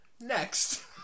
next